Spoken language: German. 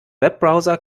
webbrowser